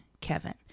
Kevin